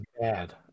bad